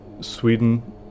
Sweden